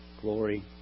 glory